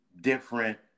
Different